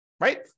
right